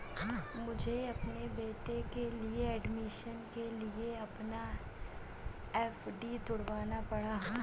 मुझे अपने बेटे के एडमिशन के लिए अपना एफ.डी तुड़वाना पड़ा